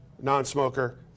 non-smoker